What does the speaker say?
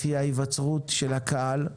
לפי ההיווצרות של הקהל.